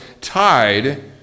tied